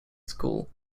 school